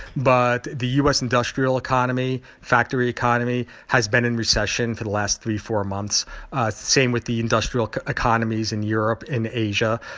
but the u s. industrial economy, factory economy has been in recession for the last three, four months same with the industrial economies in europe and asia.